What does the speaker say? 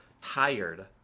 tired